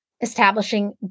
establishing